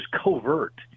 covert